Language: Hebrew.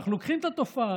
אנחנו לוקחים את התופעה,